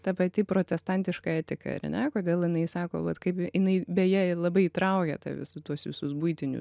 ta pati protestantiška etika ar ne kodėl jinai sako vat kaip jinai beje labai traukia ta visu tuos visus buitinius